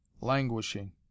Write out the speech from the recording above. Languishing